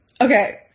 Okay